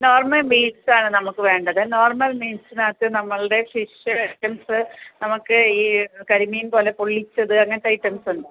normal meals ആണ് നമുക്ക് വേണ്ടത് നോർമൽ മീൽസിനകത്ത് നമ്മുടെ ഫിഷ് ഐറ്റംസ് നമുക്ക് ഈ കരിമീൻ പോലെ പൊള്ളിച്ചത് അങ്ങനത്തെ ഐറ്റംസ് ഉണ്ടോ